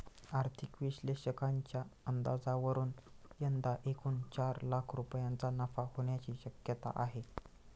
आर्थिक विश्लेषकांच्या अंदाजावरून यंदा एकूण चार लाख रुपयांचा नफा होण्याची शक्यता आहे